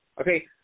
Okay